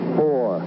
four